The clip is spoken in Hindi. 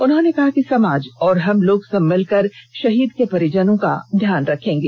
उन्होंने कहा कि समाज और हम लोग सब मिलकर शहीद के परिजनों का ध्यान रखेंगे